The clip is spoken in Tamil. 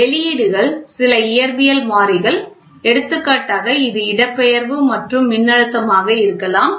வெளியீடுகள் சில இயற்பியல் மாறிகள் எடுத்துக்காட்டாக இது இடப்பெயர்வு மற்றும் மின்னழுத்தமாக இருக்கலாம்